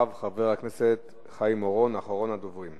אחריו, חבר הכנסת חיים אורון, אחרון הדוברים.